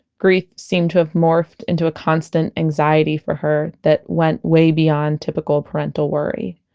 grief seemed to have morphed into a constant anxiety for her that went way beyond typical parental worry.